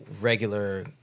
regular